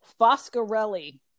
foscarelli